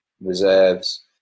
reserves